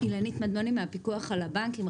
הפיקוח על הבנקים.